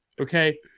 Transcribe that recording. okay